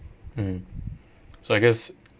mm so I guess